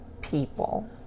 people